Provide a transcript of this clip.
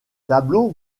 tableaux